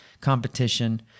competition